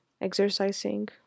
exercising